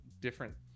different